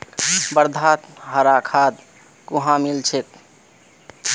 वर्धात हरा खाद कुहाँ मिल छेक